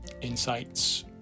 insights